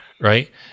right